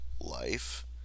life